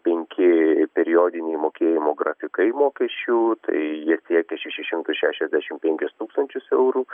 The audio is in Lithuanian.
penki periodiniai mokėjimo grafikai mokesčių tai ji siekia šešis šimtus šešiasdešim penkis tūkstančius eurų